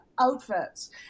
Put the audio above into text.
outfits